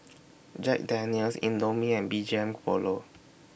Jack Daniel's Indomie and B G M Polo